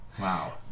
wow